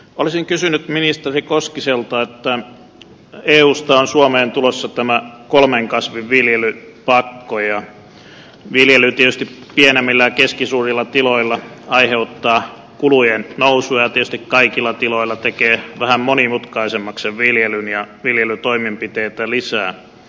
olisin kysynyt ministeri koskiselta tästä kun eusta on suomeen tulossa tämä kolmen kasvin viljelypakko jolloin viljely tietysti pienemmillä ja keskisuurilla tiloilla aiheuttaa kulujen nousua ja tietysti kaikilla tiloilla tekee vähän monimutkaisemmaksi sen viljelyn ja viljelytoimenpiteitä lisää